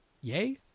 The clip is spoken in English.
yay